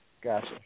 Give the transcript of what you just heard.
Gotcha